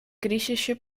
griechische